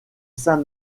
saint